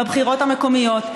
בבחירות המקומיות,